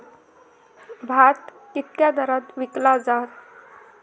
भात कित्क्या दरात विकला जा?